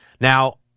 now